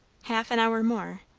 half an hour more,